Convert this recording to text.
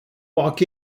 walk